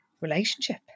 relationship